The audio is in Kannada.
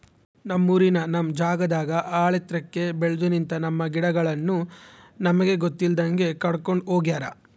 ನಮ್ಮೂರಿನ ನಮ್ ಜಾಗದಾಗ ಆಳೆತ್ರಕ್ಕೆ ಬೆಲ್ದು ನಿಂತ, ನಮ್ಮ ಗಿಡಗಳನ್ನು ನಮಗೆ ಗೊತ್ತಿಲ್ದಂಗೆ ಕಡ್ಕೊಂಡ್ ಹೋಗ್ಯಾರ